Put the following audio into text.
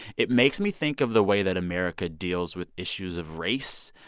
it makes me think of the way that america deals with issues of race.